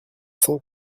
cent